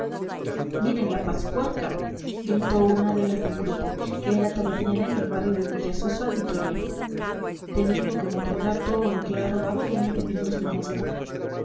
miren la pazpuerca gritó una de las del grupo que era tabernera en el barrio de villasuso en vitoria teniendo como tendrá todo lo que ha robado viene a pedirnos limosna